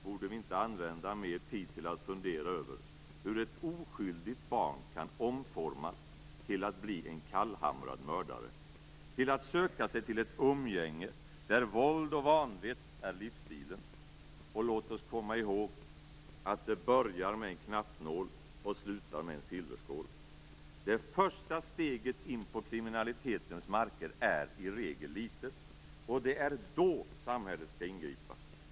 Borde vi inte använda mer tid till att fundera över hur ett oskyldigt barn kan omformas till att bli en kallhamrad mördare, till att söka sig till ett umgänge där våld och vanvett är livsstilen? Och låt oss komma ihåg att "det börjar med en knappnål och slutar med en silverskål". Det första steget in på kriminalitetens marker är i regel litet. Och det är då samhället skall ingripa.